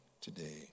today